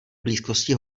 blízkosti